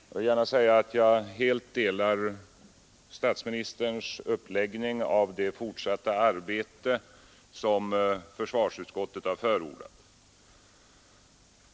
Jag vill gärna också säga att jag helt godtar statsministerns uppläggning av det fortsatta arbete som försvarsutskottet har förordat.